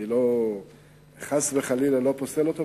אני חס וחלילה לא פוסל אותו,